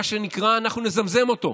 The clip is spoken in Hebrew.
מה שנקרא, אנחנו נזמזם אותו.